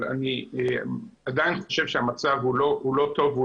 אבל אני עדיין חושב שהמצב הוא לא טוב והוא